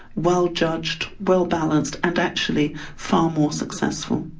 well-judged, well-balanced and actually far more successful.